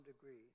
degree